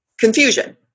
Confusion